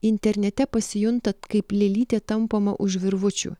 internete pasijunta kaip lėlytė tampoma už virvučių